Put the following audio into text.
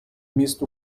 міст